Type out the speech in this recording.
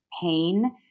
pain